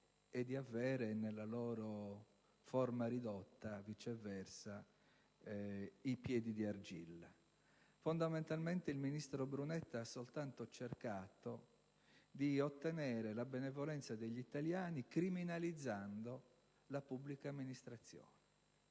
e di avere nella loro forma ridotta, viceversa, i piedi d'argilla. Fondamentalmente, il ministro Brunetta ha soltanto cercato di ottenere la benevolenza degli italiani criminalizzando la pubblica amministrazione;